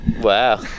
Wow